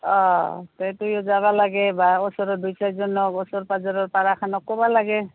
অঁ তে তয়ো যাবা লাগে বা ওচৰৰ দুই চাইজনক ওচৰ পাঁজৰৰ পাৰাখানক ক'বা লাগে